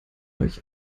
euch